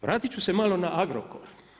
Vratit ću se malo na Agrokor.